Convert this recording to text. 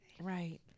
right